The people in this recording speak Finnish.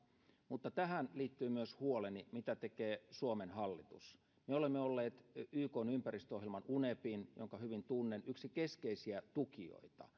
mutta tähän liittyy myös huoleni mitä tekee suomen hallitus me olemme olleet ykn ympäristöohjelman unepin jonka hyvin tunnen yksi keskeisiä tukijoita